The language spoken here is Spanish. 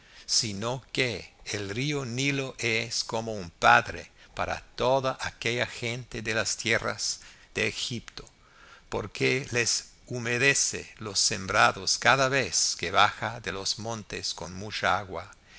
sino que el río nilo es como un padre para toda aquella gente de las tierras de egipto porque les humedece los sembrados cada vez que baja de los montes con mucha agua